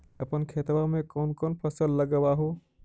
अपन खेतबा मे कौन कौन फसल लगबा हू?